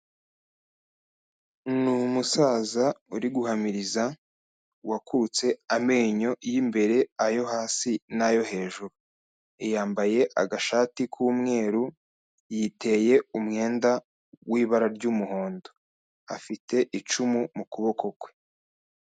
Ni umusaza uri guhamiriza, wakutse amenyo y’imbere, ayo hasi n’ayo hejuru. Yambaye agashati k’umweru, yiteye umwenda w’ibara ry’umuhondo. Afite icumu mu kuboko kwe.